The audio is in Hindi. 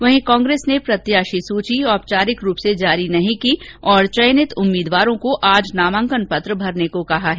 वहीं कांग्रेस ने प्रत्याशी सूची औपचारिक रूप से जारी नहीं की और चयनित उम्मीदवारों को आज नामांकन पत्र भरने को कहा है